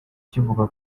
kivuga